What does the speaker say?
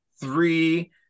three